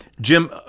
Jim